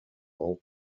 all